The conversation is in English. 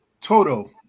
Toto